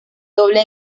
doble